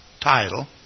title